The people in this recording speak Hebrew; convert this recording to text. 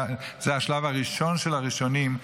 זה השלב הראשון בראשונים,